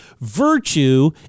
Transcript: virtue